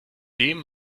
dem